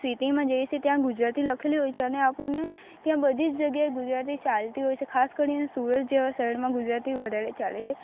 સિટીમાં જઈએ છે ત્યાં ગુજરાતી લખેલું હોય છે અને આપણને ત્યાં બધી જ જગ્યાએ ગુજરાતી ચાલતી હોય છે ખાસ કરીને સુરત જેવા શહેરમાં ગુજરાતી વધારે ચાલે છે